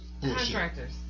Contractors